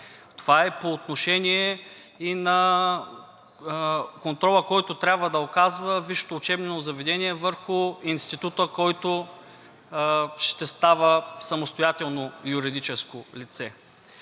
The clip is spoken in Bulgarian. Това е по отношение и на контрола, който трябва да оказва висшето учебно заведение върху института, който ще става самостоятелно юридическо лице.